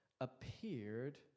appeared